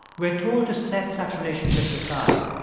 we're told to set such relationships aside,